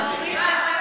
להצביע.